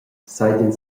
seigien